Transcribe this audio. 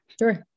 sure